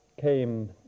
came